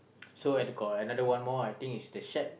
so at the got another one more I think is the shed